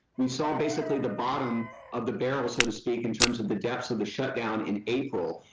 we saw basically the bottom of the barrel so to speak in terms of the depths of the shut down in april.